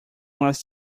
was